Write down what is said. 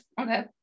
okay